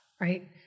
right